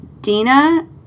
Dina